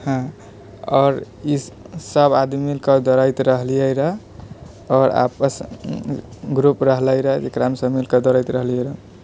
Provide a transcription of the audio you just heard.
हँ आओर ई सभ आदमीके दौड़ैत रहलियै रहै आओर आपस ग्रुप रहले रहै जकरामे सभ मिलिकऽ दौड़ैत रहलियै रहै